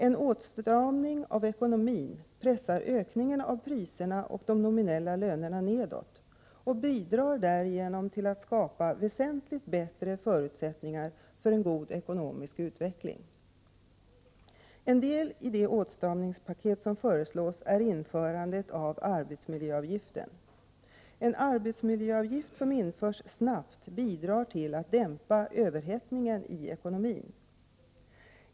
En åtstramning av ekonomin pressar ökningen av priserna och de nominella lönerna nedåt och bidrar därigenom till att skapa väsentligt bättre förutsättningar för en god ekonomisk utveckling. En del i det åtstramningspaket som förslås är införandet av arbetsmiljöavgiften. En arbetsmiljöavgift som införs snabbt bidrar till att dämpa överhettningen i ekonomin.